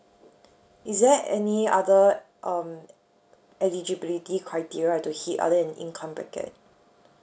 is there any other um eligibility criteria I have to hit other than income bracket